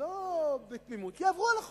ולא בתמימות, יעברו על החוק,